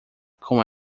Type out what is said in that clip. com